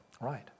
Right